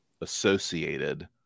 associated